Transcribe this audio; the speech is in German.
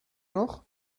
noch